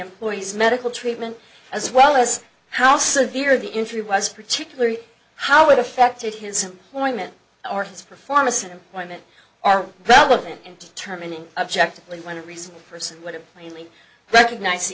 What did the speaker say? employees medical treatment as well as how severe the injury was particularly how it affected his employment or his performance in employment are relevant in determining objectively when a recent person would have plainly recogniz